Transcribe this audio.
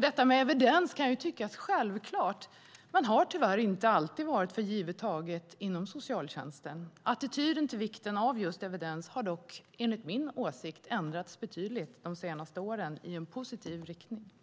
Detta med evidens kan tyckas självklart men har tyvärr inte alltid varit för givet taget inom socialtjänsten. Attityden till vikten av just evidens har dock, enligt min åsikt, ändrats betydligt de senaste åren i positiv riktning.